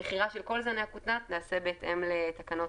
המכירה של כל זני הכותנה נעשית בהתאם לתקנות